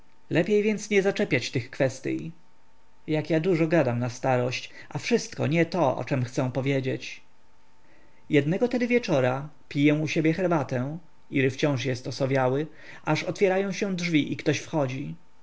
lepiej więc nie zaczepiać tych kwestyj jak ja dużo gadam na starość a wszystko nie to o czem chcę powiedzieć jednego tedy wieczora piję u siebie herbatę ir jest wciąż osowiały aż otwierają się drzwi i ktoś wchodzi